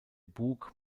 bug